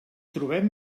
trobem